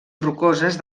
rocoses